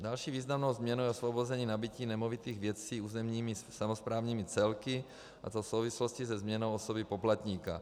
Další významnou změnou je osvobození nabytí nemovitých věcí územními samosprávnými celky, a to v souvislosti se změnou osoby poplatníka.